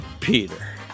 Peter